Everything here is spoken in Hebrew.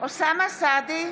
אוסאמה סעדי,